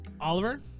Oliver